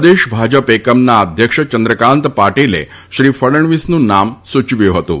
પ્રદેશ ભાજપ એકમના અધ્યક્ષ યંદ્રકાંત પાટીલે શ્રી ફડણવીસનું નામ સુચવ્યું હતું